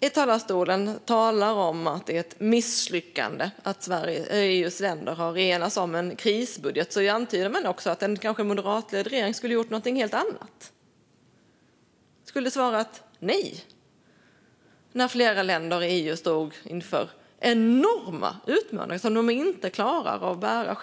i talarstolen säger att det är ett misslyckande att EU:s länder har enats om en krisbudget antyder man också att en moderatledd regering kanske skulle ha gjort något helt annat och skulle ha svarat nej när flera länder i EU stod inför enorma utmaningar som de inte klarar själva.